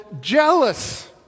jealous